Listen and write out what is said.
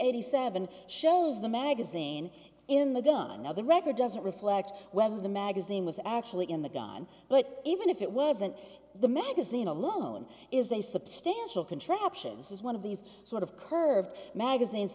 eighty seven dollars shows the magazine in the gun of the record doesn't reflect whether the magazine was actually in the gun but even if it wasn't the magazine alone is a substantial contraption this is one of these sort of curved magazines